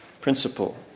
principle